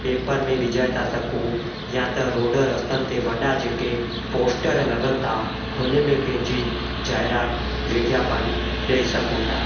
paper में विझाए था सघूं या त रोड रस्तनि ते वॾा जेके पोस्टर लॻनि था हुन में पंहिंजी जायरात विज्ञापन ॾई सघूं था